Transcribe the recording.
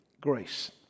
grace